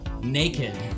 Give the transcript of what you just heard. naked